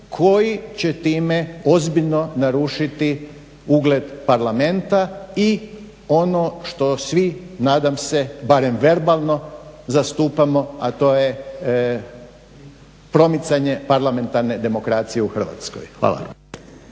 koji će time ozbiljno narušiti ugled Parlamenta i ono što svi nadam se barem verbalno zastupamo, a to je promicanje parlamentarne demokracije u Hrvatskoj. Hvala.